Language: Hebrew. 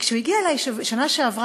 כשהוא הגיע אלי בשנה שעברה,